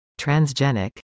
transgenic